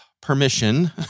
permission